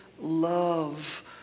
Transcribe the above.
love